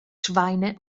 schweine